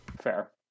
fair